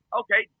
okay